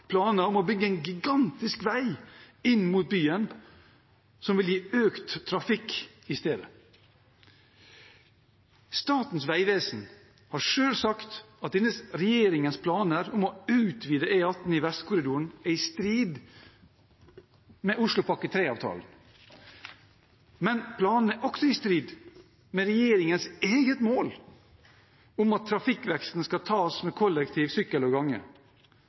planer om å bygge en gigantisk vei inn mot byen, som vil gi økt trafikk i stedet. Statens vegvesen har selv sagt at denne regjeringens planer om å utvide E18 Vestkorridoren er i strid med Oslopakke 3-avtalen, men planene er også i strid med regjeringens eget mål om at trafikkveksten skal tas med kollektiv, sykkel og gange.